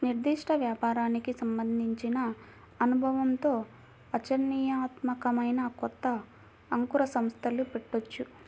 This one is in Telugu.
నిర్దిష్ట వ్యాపారానికి సంబంధించిన అనుభవంతో ఆచరణీయాత్మకమైన కొత్త అంకుర సంస్థలు పెట్టొచ్చు